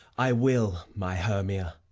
i will, my hermia.